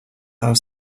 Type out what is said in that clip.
are